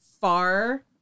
far